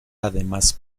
además